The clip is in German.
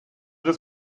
das